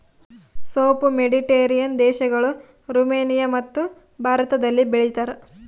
ಸೋಂಪು ಮೆಡಿಟೇರಿಯನ್ ದೇಶಗಳು, ರುಮೇನಿಯಮತ್ತು ಭಾರತದಲ್ಲಿ ಬೆಳೀತಾರ